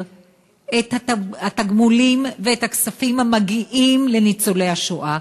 את התגמולים ואת הכספים המגיעים לניצולי השואה.